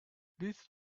this